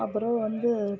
அப்புறம் வந்து